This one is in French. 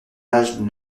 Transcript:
âge